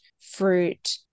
fruit